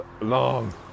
long